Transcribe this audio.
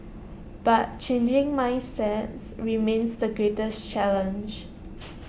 but changing mindsets remains the greatest challenge